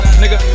nigga